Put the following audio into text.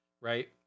Right